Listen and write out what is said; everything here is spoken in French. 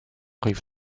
rive